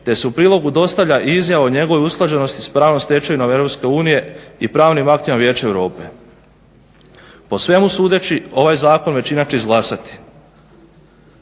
te se u prilogu dostavlja i izjava o njegovoj usklađenosti s pravnom stečevinom EU i pravnim aktima Vijeća Europe. Po svemu sudeći ovaj zakon većina će izglasati.